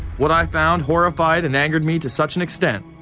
what i found horrified and angered me to such an extent.